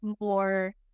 more